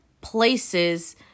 places